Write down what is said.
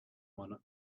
one